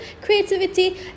creativity